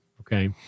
Okay